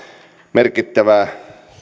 merkittävää